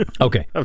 Okay